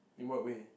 in what way